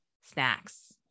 Snacks